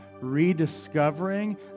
rediscovering